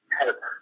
help